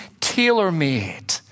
tailor-made